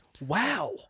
Wow